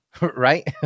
right